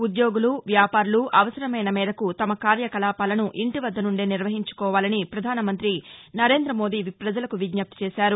ఉద్యోగులు వ్యాపారులు అవసరమైన మేరకు తమ కార్యకలాపాలను ఇంటి వద్ద నుండే నిర్వహించుకోవాలని ప్రపధాన మంత్రి నరేంద్ర మోదీ ప్రజలకు విజ్జప్తి చేశారు